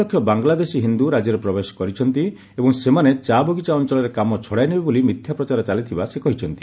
ଲକ୍ଷ ବାଙ୍ଗଲାଦେଶୀ ହିନ୍ଦୁ ରାଜ୍ୟରେ ପ୍ରବେଶ କରିଛନ୍ତି ଏବଂ ସେମାନେ ଚା ବଗିଚା ଅଞ୍ଚଳରେ କାମ ଛଡ଼ାଇ ନେବେ ବୋଲି ମିଥ୍ୟା ପ୍ରଚାର ଚାଲିଥିବା ସେ କହିଛନ୍ତି